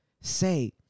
say